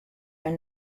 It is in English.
are